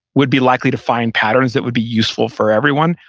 would be likely to find patterns that would be useful for everyone.